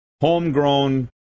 Homegrown